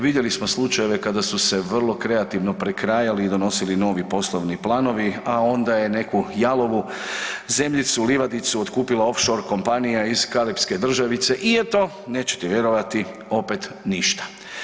Vidjeli smo slučajeve kada su se vrlo kreativno prekrajali i donosili novi poslovni planovi, a onda je neku jalovu zemljicu, livadicu otkupila offshore kompanija iz karipske državice i eto nećete vjerovati opet ništa.